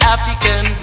African